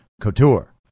Couture